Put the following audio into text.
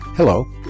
Hello